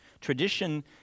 Tradition